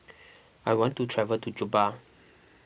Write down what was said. I want to travel to Juba